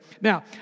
Now